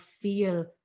feel